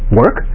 work